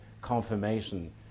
confirmation